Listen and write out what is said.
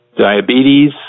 diabetes